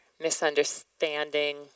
misunderstanding